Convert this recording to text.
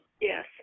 Yes